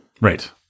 Right